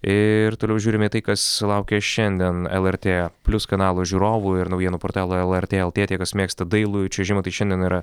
ir toliau žiūrim į tai kas laukia šiandien lrt plius kanalo žiūrovų ir naujienų portalo lrt lt tie kas mėgsta dailųjį čiuožimą tai šiandien yra